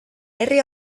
herri